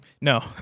no